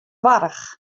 warch